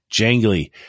jangly